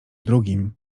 drugim